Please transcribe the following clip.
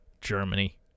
Germany